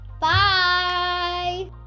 Bye